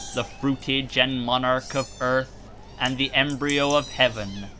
the fruitage and monarch of earth and the embryo of heaven,